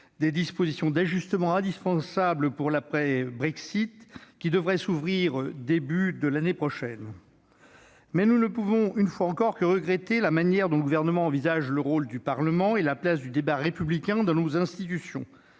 de loi contient des ajustements indispensables pour la période de l'après-Brexit, qui devrait s'ouvrir au début de l'année prochaine. Toutefois, nous ne pouvons, une fois encore, que regretter la manière dont le Gouvernement envisage le rôle du Parlement et la place du débat républicain dans nos institutions.